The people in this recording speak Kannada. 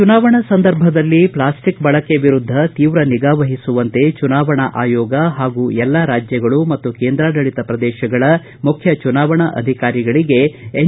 ಚುನಾವಣಾ ಸಂದರ್ಭದಲ್ಲಿ ಪ್ಲಾಸ್ತಿಕ್ ಬಳಕೆ ವಿರುದ್ಧ ತೀವ್ರ ನಿಗಾವಹಿಸುವಂತೆ ಚುನಾವಣಾ ಆಯೋಗ ಪಾಗೂ ಎಲ್ಲ ರಾಜ್ಯಗಳು ಮತ್ತು ಕೇಂದ್ರಾಡಳಿತ ಪ್ರದೇಶಗಳ ಮುಖ್ಯ ಚುನಾವಣಾ ಅಧಿಕಾರಿಗಳಿಗೆ ಎನ್